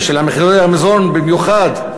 ושל מחירי המזון במיוחד,